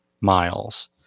Miles